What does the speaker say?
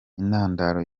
intandaro